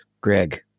Greg